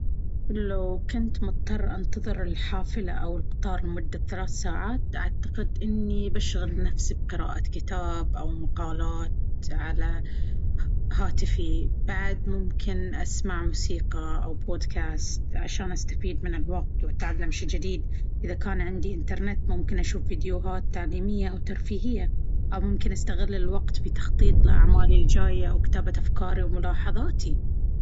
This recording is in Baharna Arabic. لو كنت مضطر أنتظر الحافلة أو القطار لمدة ثلاث ساعات، أعتقد أني بأشغل نفسي بقراءة كتاب أو مقالات على هاتفي. بعد، ممكن أسمع موسيقى أو بودكاست عشان أستفيد من الوقت وأتعلم شيء جديد. إذا كان عندي إنترنت، ممكن أشوف فيديوهات تعليمية أو ترفيهية. أو ممكن أستغل الوقت في التخطيط لأعمالي الجاية أو كتابة أفكاري وملاحظاتي.